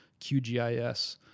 QGIS